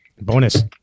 Bonus